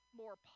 more